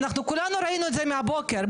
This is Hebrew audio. אנחנו כולנו ראינו את זה מהבוקר,